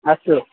अस्तु